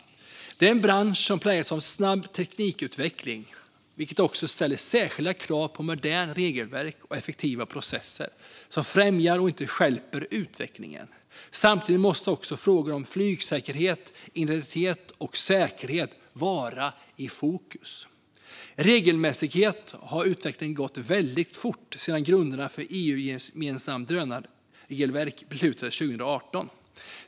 Det är en bransch som präglas av snabb teknikutveckling, vilket också ställer särskilda krav på moderna regelverk och effektiva processer som främjar och inte stjälper utvecklingen. Samtidigt måste frågor om flygsäkerhet, integritet och säkerhet vara i fokus. Regelmässigt har utvecklingen gått väldigt fort sedan grunderna för ett EU-gemensamt drönarregelverk beslutades 2018.